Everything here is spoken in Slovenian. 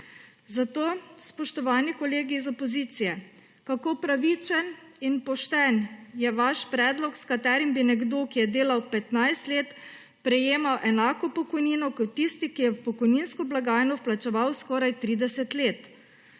Zato, spoštovani kolegi iz opozicije, kako pravičen in pošten je vaš predlog, s katerim bi nekdo, ki je delal 15 let, prejemal enako pokojnino kot tisti, ki je v pokojninsko blagajno vplačeval skoraj 30 let?